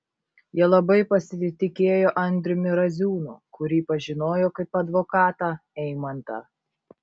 jie labai pasitikėjo andriumi raziūnu kurį pažinojo kaip advokatą eimantą